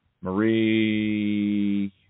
Marie